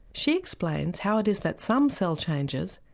she explains how it is that some cell changes,